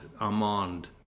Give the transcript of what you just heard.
Amand